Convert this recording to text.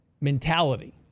mentality